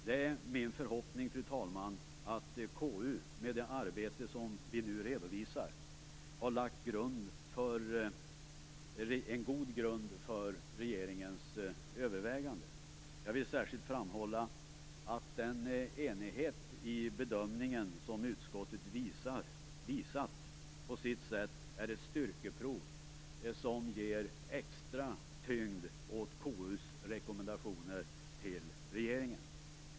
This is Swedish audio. Det är min förhoppning, fru talman, att KU med det arbete som vi nu redovisar har lagt en god grund för regeringens överväganden. Jag vill särskilt framhålla att den enighet i bedömningen som utskottet visat på sitt sätt är ett styrkeprov, som ger extra tyngd åt KU:s rekommendationer till regeringen.